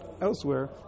elsewhere